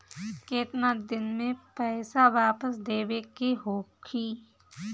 केतना दिन में पैसा वापस देवे के होखी?